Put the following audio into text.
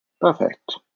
Perfect